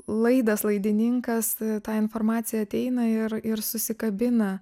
laidas laidininkas ta informacija ateina ir ir susikabina